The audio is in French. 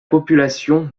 population